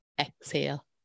Exhale